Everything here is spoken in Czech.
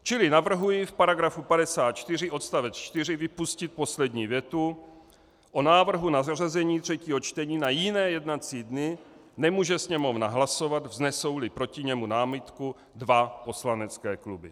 Čili navrhuji v § 54 odst. 4 vypustit poslední větu o návrhu na zařazení třetího čtení na jiné jednací dny nemůže Sněmovna hlasovat, vznesouli proti němu námitku dva poslanecké kluby.